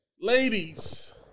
ladies